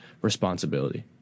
responsibility